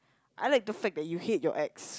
I like the fact that you hate your ex